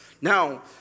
Now